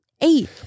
eight